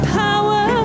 power